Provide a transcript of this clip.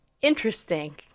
interesting